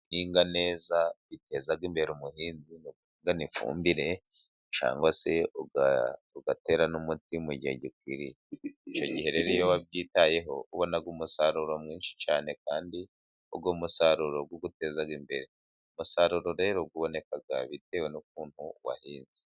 Guhinga neza biteza imbere umuhinzi, guhingana ifumbire cyangwa se ugatera n'umuti mu gihe gikwiriye, icyo gihe rero iyo wabyitayeho ubona umusaruro mwinshi cyane, kandi uwo musaruro uteza imbere. Umusaruro rero uboneka bitewe n'ukuntu wahinze.